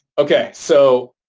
okay. so,